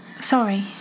Sorry